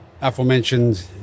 aforementioned